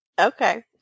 Okay